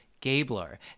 Gabler